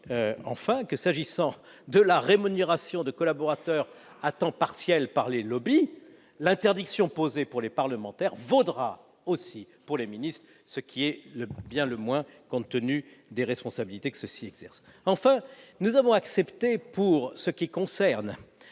enfin, que s'agissant de la rémunération de collaborateurs à temps partiel par les, l'interdiction posée pour les parlementaires vaudra aussi pour les ministres, ce qui est bien le moins, compte tenu des responsabilités que ceux-ci exercent. Nous avons accepté, pour ce qui concerne